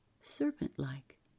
serpent-like